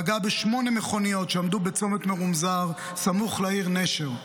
פגע בשמונה מכוניות שעמדו בצומת מרומזר סמוך לעיר נשר.